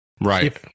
Right